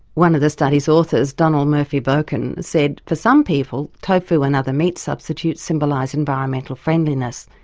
one of the study's authors donal murphy-brokern, said for some people, tofu and other meat substitutes symbolise environmental friendliness,